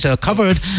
covered